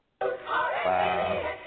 Wow